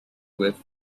with